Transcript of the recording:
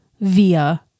via